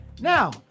Now